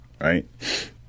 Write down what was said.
right